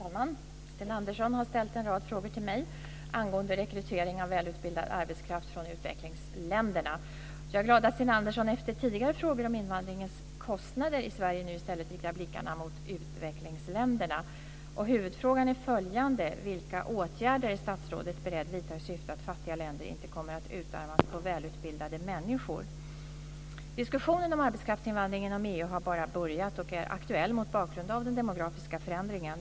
Fru talman! Sten Andersson har ställt en rad frågor till mig angående rekrytering av välutbildad arbetskraft från utvecklingsländerna. Jag är glad att Sten Andersson, efter tidigare frågor om invandringens kostnader i Sverige, nu i stället riktar blickarna mot utvecklingsländerna. Huvudfrågan är följande: har bara börjat och är aktuell mot bakgrund av den demografiska förändringen.